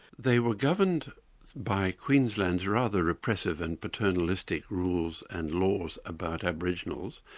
they were governed by queensland's rather repressive and paternalistic rules and laws about aboriginals